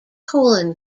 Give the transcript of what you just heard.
colon